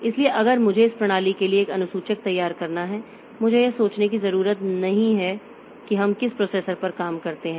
इसलिए अगर मुझे इस प्रणाली के लिए एक अनुसूचक तैयार करना है मुझे यह सोचने की ज़रूरत नहीं है कि हम किस प्रोसेसर पर काम करते हैं